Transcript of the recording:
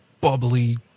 bubbly